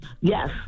Yes